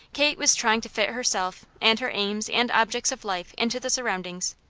kate was trying to fit herself and her aims and objects of life into the surroundings,